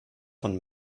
von